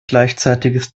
gleichzeitiges